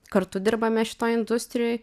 kartu dirbame šitoj industrijoj